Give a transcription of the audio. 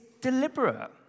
deliberate